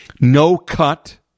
no-cut